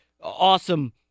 awesome